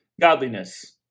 godliness